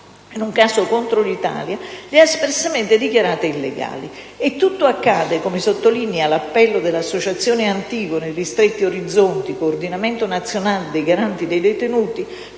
noto caso contro l'Italia, le ha espressamente dichiarate illegali. E tutto accade, come sottolinea l'appello dell'Associazione Antigone - Ristretti Orizzonti - Coordinamento nazionale dei Garanti dei detenuti,